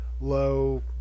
low